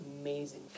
amazing